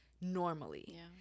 normally